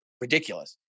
ridiculous